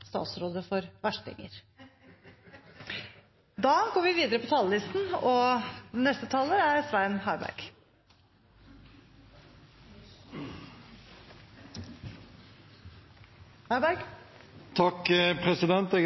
Jeg er